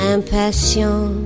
Impatient